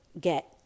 get